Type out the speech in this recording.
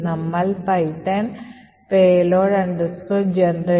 നമ്മൾ Python payload generator